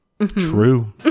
True